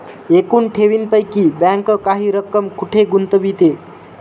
एकूण ठेवींपैकी बँक काही रक्कम कुठे गुंतविते?